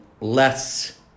less